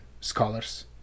scholars